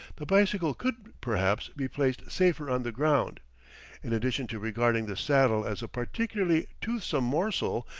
the bicycle could, perhaps, be placed safer on the ground in addition to regarding the saddle as a particularly toothsome morsel,